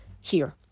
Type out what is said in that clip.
Here